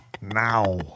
Now